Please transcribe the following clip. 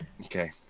Okay